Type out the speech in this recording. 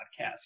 podcast